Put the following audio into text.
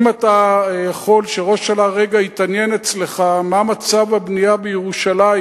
אם אתה יכול שראש הממשלה רגע יתעניין אצלך מה מצב הבנייה בירושלים,